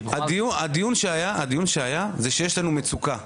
הדיון שהיה זה שיש לנו מצוקה.